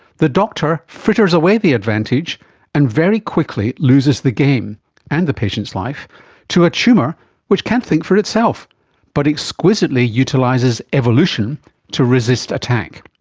the doctor fritters away the advantage and very quickly loses the game and the patient's life to a tumour which can't think for itself but exquisitely utilises evolution to resist attack.